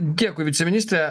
dėkui viceministre